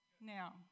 now